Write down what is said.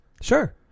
Sure